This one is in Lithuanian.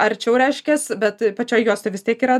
arčiau reiškias bet pačioj juostoj vis tiek yra